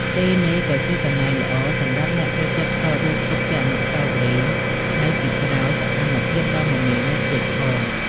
ទីនេះក៏ជាកន្លែងល្អសម្រាប់អ្នកចូលចិត្តថតរូបទុកជាអនុស្សាវរីយ៍ នៅពីក្រោយសម្មភាពដ៏មមាញឹកទៀតផង។